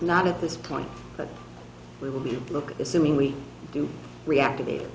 not at this point but we will look assuming we do reactivate